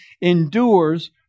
endures